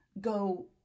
go